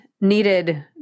needed